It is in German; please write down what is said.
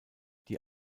die